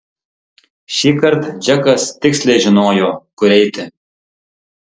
šįkart džekas tiksliai žinojo kur eiti